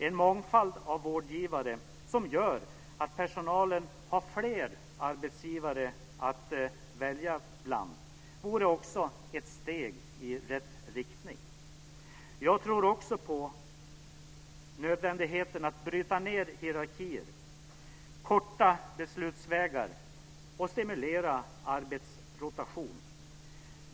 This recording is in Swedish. En mångfald av vårdgivare, som gör att personalen har fler arbetsgivare att välja mellan, vore ett steg i rätt riktning. Jag tror också på nödvändigheten i att bryta ned hierarkier, korta beslutsvägar och stimulera arbetsrotation.